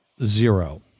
Zero